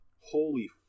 Holy